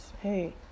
hey